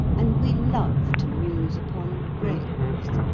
and we love to muse upon graves,